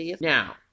Now